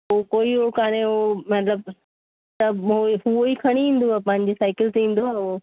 हू कोई हो कोन्हे मतिलब सभु हुअई खणी ईंदव पंहिंजी साईकिल ते ईंदो आहे उहो